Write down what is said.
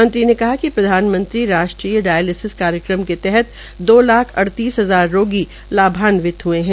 मंत्री ने कहा कि प्रधानमंत्रीराष्ट्रीय डायलसिस कार्यक्रम के तहत दो लाख अड़तीस हजार रोगी लाभावित हये है